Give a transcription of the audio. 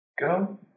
Go